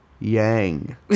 yang